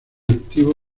activo